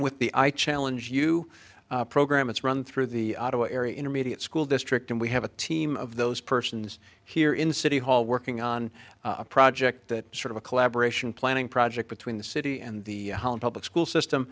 with the i challenge you program it's run through the intermediate school district and we have a team of those persons here in city hall working on a project that sort of a collaboration planning project between the city and the public school